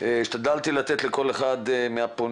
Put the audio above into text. השתדלתי לתת לכל אחד מהפונים,